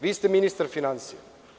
Vi ste ministar finansija.